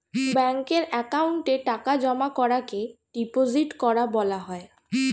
ব্যাঙ্কের অ্যাকাউন্টে টাকা জমা করাকে ডিপোজিট করা বলা হয়